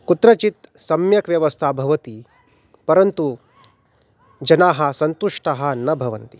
कुत्रचित् सम्यक् व्यवस्था भवति परन्तु जनाः सन्तुष्टः न भवन्ति